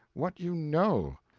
what you know.